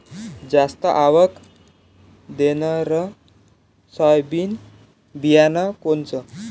जास्त आवक देणनरं सोयाबीन बियानं कोनचं?